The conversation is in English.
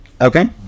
Okay